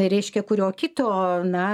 reiškia kurio kito na